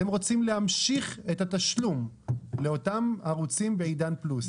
אתם רוצים להמשיך את התשלום לאותם ערוצים בעידן פלוס.